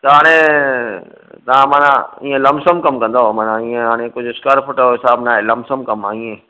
त हाणे तव्हां माना इयं लंपसम कमु कंदुव माना हीअं हाणे कुझु स्कवेर फुट जो हिसाबु नाहे लंपसम कमु आहे इअं